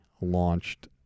launched